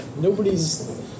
nobody's